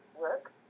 work